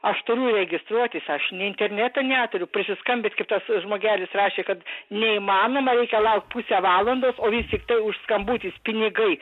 aš turiu registruotis aš nei interneto neturiu prisiskambint kai tas žmogelis rašė kad neįmanoma reikia laukt pusę valandos o vis tiktai už skambutis pinigai